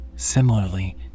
Similarly